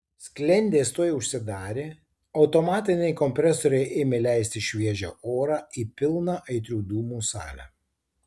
sklendės tuoj užsidarė automatiniai kompresoriai ėmė leisti šviežią orą į pilną aitrių dūmų salę